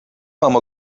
mam